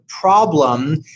problem